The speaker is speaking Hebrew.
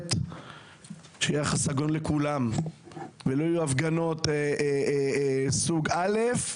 אומרת יחס הגון לכולם ולא יהיו הפגנות סוג א',